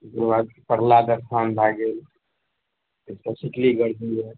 ओकर बाद प्रह्लाद स्थान भै गेल एकटा सुतलीगढ़मऽ यऽ